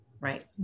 Right